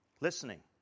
Listening